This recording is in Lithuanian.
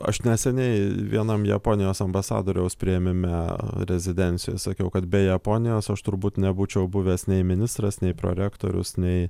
aš neseniai vienam japonijos ambasadoriaus priėmime rezidencijoj sakiau kad be japonijos aš turbūt nebūčiau buvęs nei ministras nei prorektorius nei